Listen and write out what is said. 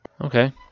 Okay